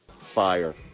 Fire